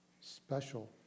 special